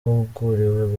gukora